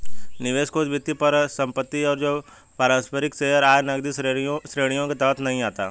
निवेश कोष वित्तीय परिसंपत्ति है जो पारंपरिक शेयर, आय, नकदी श्रेणियों के तहत नहीं आती